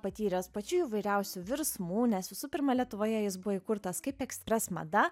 patyręs pačių įvairiausių virsmų nes visų pirma lietuvoje jis buvo įkurtas kaip express mada